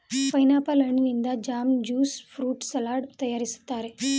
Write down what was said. pineapple ಹಣ್ಣಿನಿಂದ jam, juice fruit salad ತರಯಾರಿಸ್ತರೆ